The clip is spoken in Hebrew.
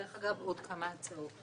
דרך אגב, עוד כמה הצעות.